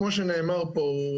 כמו שנאמר פה,